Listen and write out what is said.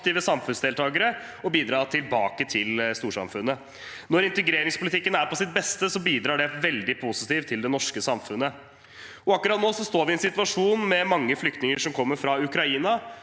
samfunnsdeltakere og bidra tilbake til storsamfunnet. Når integreringspolitikken er på sitt beste, bidrar det veldig positivt til det norske samfunnet. Akkurat nå står vi i en situasjon med mange flyktninger som kommer fra Ukraina.